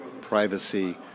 privacy